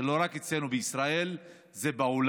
זה לא רק אצלנו בישראל, זה בעולם.